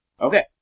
Okay